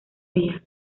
día